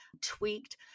tweaked